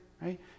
right